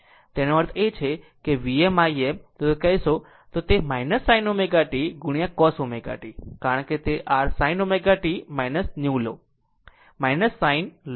તેનો અર્થ છે Vm Im અને જો તે હશે sin ω t cos ω t કારણ કે તે r sin ω t 90 o લો sin લો